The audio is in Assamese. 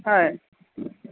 হয়